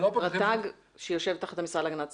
רת"ג שיושב תחת המשרד להגנת הסביבה.